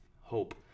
hope